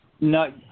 no